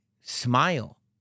smile